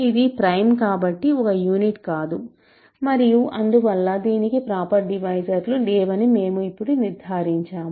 ఇది ప్రైమ్ కాబట్టి ఒక యూనిట్ కాదు మరియు అందువల్ల దీనికి ప్రాపర్ డివైజర్లు లేవని మేము ఇప్పుడు నిర్ధారించాము